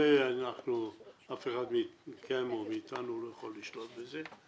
זה אף אחד מכם או מאיתנו לא יכול לשלוט בזה.